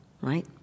right